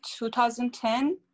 2010